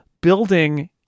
building